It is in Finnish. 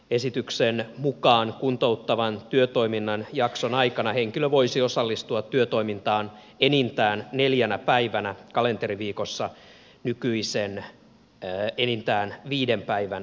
esityksen mukaan kuntouttavan työtoiminnan jakson aikana henkilö voisi osallistua työtoimintaan enintään neljänä päivänä kalenteriviikossa nykyisen enintään viiden päivän sijaan